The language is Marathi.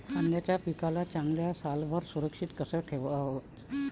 कांद्याच्या पिकाले चांगल्यानं सालभर सुरक्षित कस ठेवाचं?